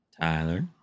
Tyler